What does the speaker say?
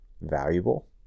valuable